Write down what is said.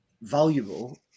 valuable